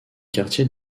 quartier